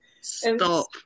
Stop